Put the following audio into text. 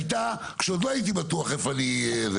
הייתה כשעוד לא הייתי בטוח איפה אני.